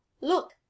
Look